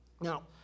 Now